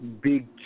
Big